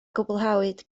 gwblhawyd